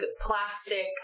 plastic